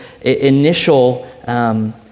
initial